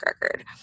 record